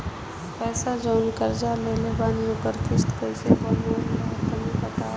पैसा जऊन कर्जा लेले बानी ओकर किश्त कइसे बनेला तनी बताव?